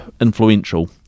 influential